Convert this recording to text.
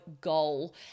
goal